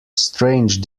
strange